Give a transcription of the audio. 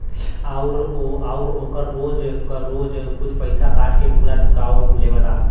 आउर ओकर रोज क रोज कुछ पइसा काट के पुरा चुकाओ लेवला